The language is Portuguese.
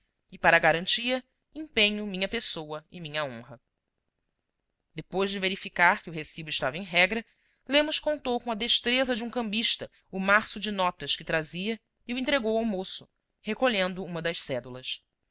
e para garantia empenho minha pessoa e minha honra depois de verificar que o recibo estava em regra lemos contou com a destreza de um cambista o maço de notas que trazia e o entregou ao moço recolhendo uma das cédulas